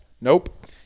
nope